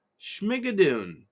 Schmigadoon